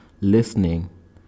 listening